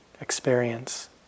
experience